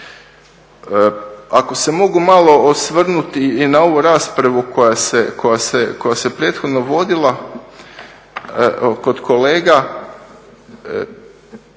Ako se mogu malo osvrnuti i na ovu raspravu koja se prethodno vodila kod kolega